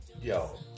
yo